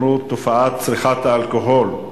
5755, 5774,